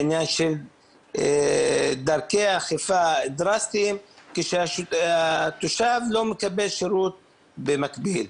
בעניין של דרכי אכיפה דרסטיים כשהתושב לא מקבל שירות במקביל.